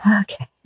Okay